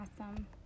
Awesome